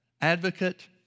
Advocate